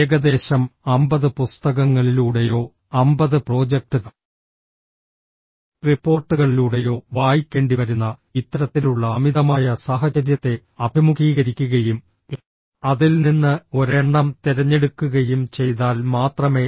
ഏകദേശം 50 പുസ്തകങ്ങളിലൂടെയോ 50 പ്രോജക്ട് റിപ്പോർട്ടുകളിലൂടെയോ വായിക്കേണ്ടിവരുന്ന ഇത്തരത്തിലുള്ള അമിതമായ സാഹചര്യത്തെ അഭിമുഖീകരിക്കുകയും അതിൽ നിന്ന് ഒരെണ്ണം തിരഞ്ഞെടുക്കുകയും ചെയ്താൽ മാത്രമേ